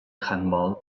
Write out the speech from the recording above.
handbol